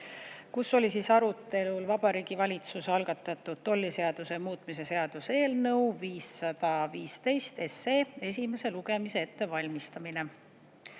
kus oli arutelul Vabariigi Valitsuse algatatud tolliseaduse muutmise seaduse eelnõu 515 esimese lugemise ettevalmistamine.